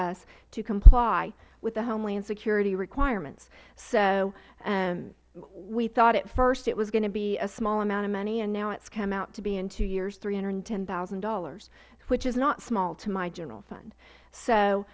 us to comply with the homeland security requirements so we thought at first it was going to be a small amount of money and now it has come out to be in two years three hundred and ten thousand dollars which is not small to my general fund so